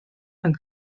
yng